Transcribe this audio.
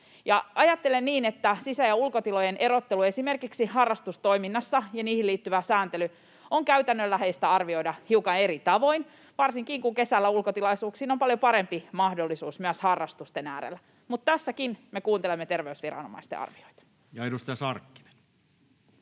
Ajattelen niin, että sisä‑ ja ulkotilojen erottelu esimerkiksi harrastustoiminnassa ja niihin liittyvä sääntely on käytännönläheistä arvioida hiukan eri tavoin, varsinkin kun kesällä ulkotilaisuuksiin on paljon parempi mahdollisuus myös harrastuksissa. Mutta tässäkin me kuuntelemme terveysviranomaisten arvioita. Ja edustaja Sarkkinen.